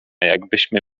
jakbyśmy